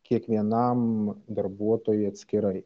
kiekvienam darbuotojui atskirai